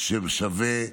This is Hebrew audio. ששווה מיסוי,